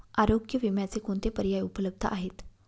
आरोग्य विम्याचे कोणते पर्याय उपलब्ध आहेत?